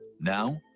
Now